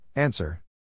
Answer